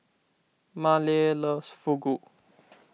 Maleah loves Fugu